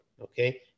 okay